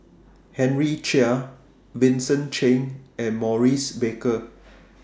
Henry Chia Vincent Cheng and Maurice Baker